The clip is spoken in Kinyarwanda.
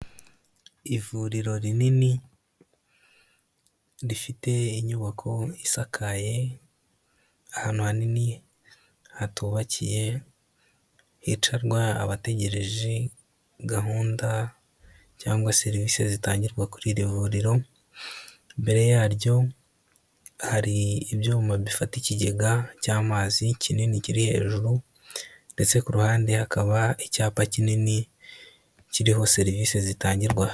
Ivuriro rinini rifite inyubako isakaye, ahantu hanini hatubakiye hicarwa abategereje gahunda cyangwa serivisi zitangirwa kuri iri vuriro, imbere yaryo hari ibyuma bifata ikigega cy'amazi kinini kiri hejuru, ndetse ku ruhande hakaba icyapa kinini kiriho serivisi zitangirwa aha.